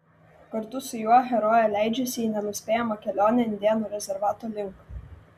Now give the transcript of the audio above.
kartu su juo herojė leidžiasi į nenuspėjamą kelionę indėnų rezervato link